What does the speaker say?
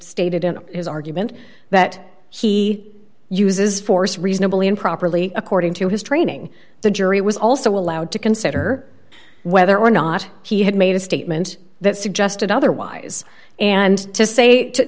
stated in his argument that he uses force reasonably and properly according to his training the jury was also allowed to consider whether or not he had made a statement that suggested otherwise and to say to